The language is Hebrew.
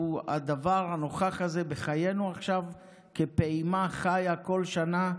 שהוא הדבר הנוכח הזה בחיינו עכשיו כפעימה חיה כל שנה,